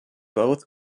both